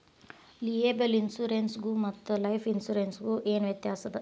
Liable insurance ಗು ಮತ್ತ life insurance ಗು ಏನ್ ವ್ಯಾತ್ಯಾಸದ?